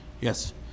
Yes